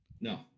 No